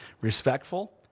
respectful